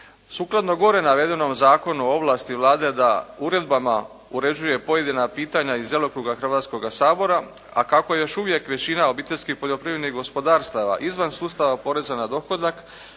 Sukladno gore navedenom Zakonu o ovlasti Vlade da uredbama uređuje pojedina pitanja iz djelokruga Hrvatskoga sabora, a kako još uvijek većina obiteljski poljoprivrednih gospodarstava izvan sustava poreza na dohodak,